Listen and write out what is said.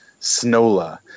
Snola